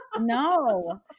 No